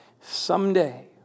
Someday